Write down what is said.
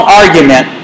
argument